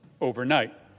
overnight